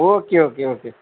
okay okay okay